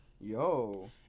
Yo